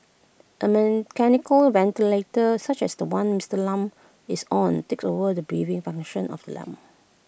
A mechanical ventilator such as The One Mister Lam is on takes over the breathing function of the lungs